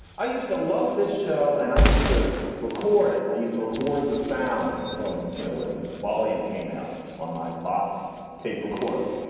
i used to love this show and i used to record it. i used to record the sound from, you know, where the volume came out on my box tape recorder.